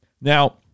Now